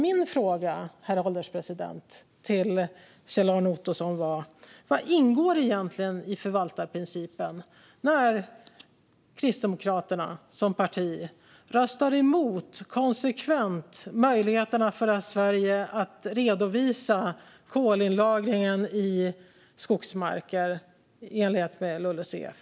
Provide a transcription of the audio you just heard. Min fråga, herr ålderspresident, till Kjell-Arne Ottosson var: Vad ingår egentligen i förvaltarprincipen när Kristdemokraterna som parti konsekvent röstar emot möjligheterna för Sverige att redovisa kolinlagringen i skogsmarker i enlighet med LULUCF?